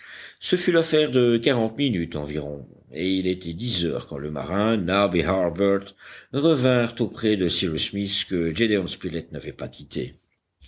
ce fut l'affaire de quarante minutes environ et il était dix heures quand le marin nab et harbert revinrent auprès de cyrus smith que gédéon spilett n'avait pas quitté